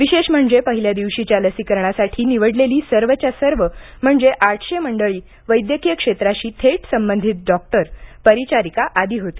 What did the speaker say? विशेष म्हणजे पहिल्या दिवशीच्या लसीकरणासाठी निवडलेली सर्वच्या सर्व म्हणजे आठशे मंडळी वैद्यकीय क्षेत्राशी थेट संबंधित डॉक्टर परिचारिका आदी होती